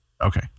Okay